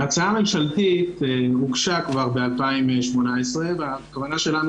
ההצעה הממשלתית הוגשה כבר ב-2018 והכוונה שלנו